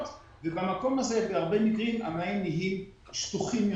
ובמקום הזה בהרבה מקרים המים הופכים לשטוחים יותר.